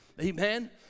Amen